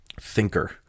thinker